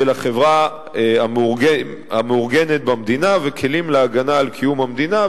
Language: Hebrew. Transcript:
החברה המאורגנת במדינה וכלים להגנה על קיום המדינה,